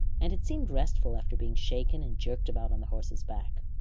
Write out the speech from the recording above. and it seemed restful after being shaken and jerked about on the horse's back.